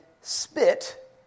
spit